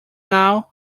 now